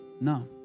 No